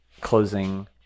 closing